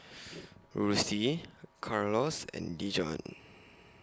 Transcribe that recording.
Ruthie Carlos and Dijon